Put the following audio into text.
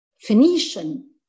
Phoenician